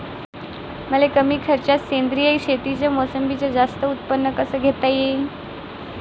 मले कमी खर्चात सेंद्रीय शेतीत मोसंबीचं जास्त उत्पन्न कस घेता येईन?